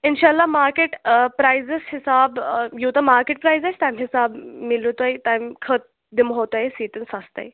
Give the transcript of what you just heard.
اِنشااللہ market prices حِساب یوتاہ مارکٮ۪ٹ پرٮ۪یز آسہِ تَمہِ حِساب مِلہِ تۄہہِ تَمہِ خٲط دِمہو تۄہہِ أسۍ ییٚتٮ۪ن سستَے